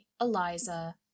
Eliza